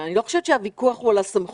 אני לא חושבת שהוויכוח הוא על הסמכות.